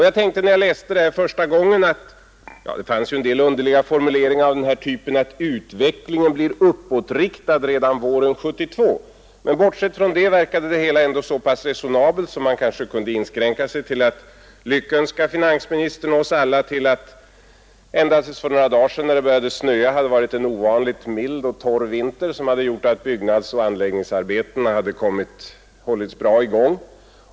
Jag tyckte visserligen att det i finansplanen fanns en del underliga formuleringar av typen att utvecklingen blir uppåtriktad redan våren 1972, men bortsett från det verkade det hela så resonabelt att jag tänkte att man kanske kunde inskränka sig till att lyckönska finansministern och oss alla till att det ända tills för några dagar sedan, när det började snöa, hade varit en ovanligt mild och torr vinter som gjort att byggnadsoch anläggningsarbetena hade hållits bra i gång.